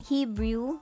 Hebrew